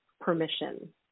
permission